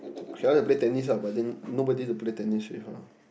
okay lah I want to play tennis but then nobody to play tennis with her